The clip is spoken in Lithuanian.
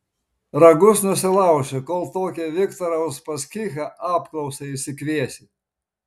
ragus nusilauši kol tokį viktorą uspaskichą apklausai išsikviesi